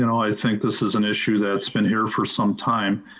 you know i think this is an issue that's been here for some time.